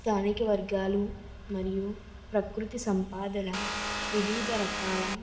స్థానిక వర్గాలు మరియు ప్రకృతి సంపాదల వివిధ రకాల